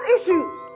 issues